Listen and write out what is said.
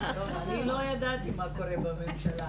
טוב, אני לא ידעתי מה קורה בממשלה.